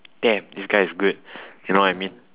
damn this guy is good you know what I mean